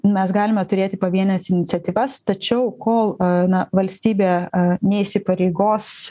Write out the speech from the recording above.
mes galime turėti pavienes iniciatyvas tačiau kol na valstybė neįsipareigos